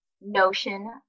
notion